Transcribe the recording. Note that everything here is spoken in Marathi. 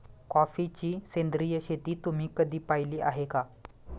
कॉफीची सेंद्रिय शेती तुम्ही कधी पाहिली आहे का?